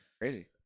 Crazy